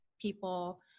people